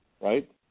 right